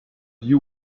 you